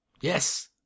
Yes